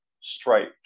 striped